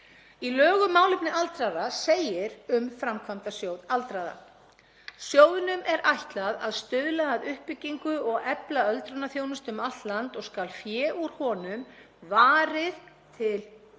Í lögum um málefni aldraðra segir um Framkvæmdasjóð aldraðra: „Sjóðnum er ætlað að stuðla að uppbyggingu og efla öldrunarþjónustu um allt land og skal fé úr honum varið til byggingar